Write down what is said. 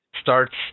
Starts